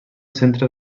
centre